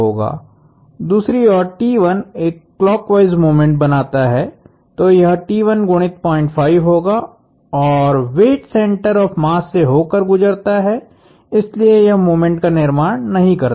दूसरी ओर एक क्लॉकवाइस मोमेंट बनाता है तो यह गुणित 05 होगा और वेट सेंटर ऑफ़ मास से होकर गुजरता है इसलिए यह मोमेंट का निर्माण नहीं करता है